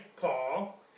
Paul